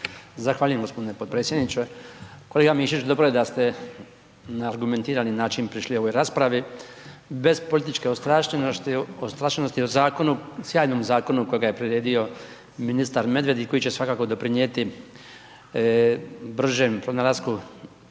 Zahvaljujem g. potpredsjedniče. Kolega Mišić, dobro je da ste na argumentirani način prišli ovoj raspravi bez političke ostrašenosti, o zakonu, sjajnom zakonu kojega je priredio ministar Medved i koji će svakako doprinijeti bržem pronalasku